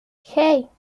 hey